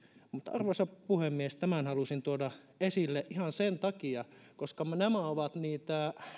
arvoisa puhemies tämän halusin tuoda esille ihan sen takia koska nämä ovat niitä